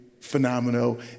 phenomenal